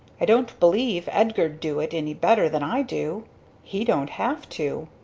i don't believe edgar'd do it any better than i do he don't have to!